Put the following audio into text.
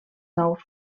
nous